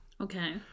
okay